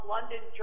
London